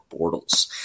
Bortles